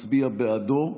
מצביע בעדו.